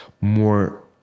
more